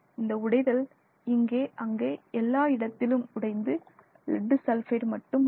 இந்த உடைதல் இங்கே அங்கே எல்லா இடத்திலும் உடைந்து லெட் சல்பைடு மட்டும் உள்ளது